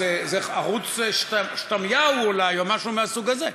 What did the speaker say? אז זה "ערוץ שתמיהו" אולי, או משהו מהסוג הזה.